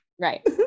Right